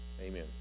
Amen